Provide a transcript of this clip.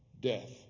Death